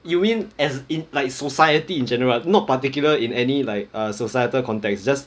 you mean as in like society in general not particular in any like err societal context just